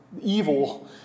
evil